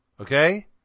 Okay